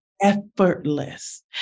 effortless